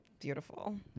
Beautiful